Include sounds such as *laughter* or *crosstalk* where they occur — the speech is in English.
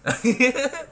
*laughs*